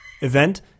event